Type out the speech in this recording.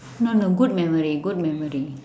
no no good memory good memory